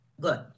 good